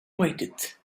waited